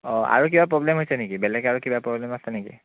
অ' আৰু কিবা প্ৰব্লেম হৈছে নেকি বেলেগ আৰু কিবা প্ৰব্লেম আছে নেকি